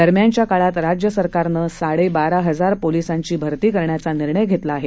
दरम्यानच्या काळात राज्य सरकारने साडबारा हजार पोलिसांची भरती करण्याचा निर्णय घेतला आहे